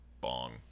bong